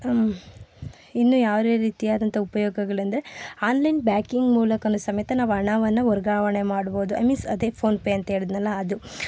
ಇನ್ನು ಯಾವ್ದೇ ರೀತಿ ಆದಂಥ ಉಪಯೋಗಗಳೆಂದ್ರೆ ಆನ್ಲೈನ್ ಬ್ಯಾಂಕಿಂಗ್ ಮೂಲಕನು ಸಮೇತ ನಾವು ಹಣವನ್ನು ವರ್ಗಾವಣೆ ಮಾಡ್ಬೋದು ಐ ಮೀನ್ಸ್ ಅದೇ ಫೋನ್ ಪೆ ಅಂತ ಹೇಳಿದೆನಲ್ಲ ಅದು